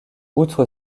outre